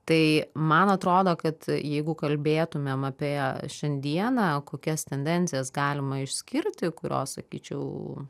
tai man atrodo kad jeigu kalbėtumėm apie šiandieną kokias tendencijas galima išskirti kurios sakyčiau